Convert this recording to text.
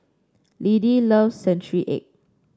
Lidie loves Century Egg